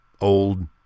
old